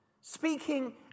speaking